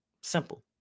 simple